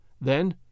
Then